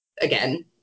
again